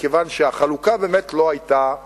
מכיוון שהחלוקה באמת לא היתה הולמת.